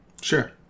Sure